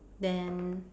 then